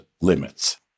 limits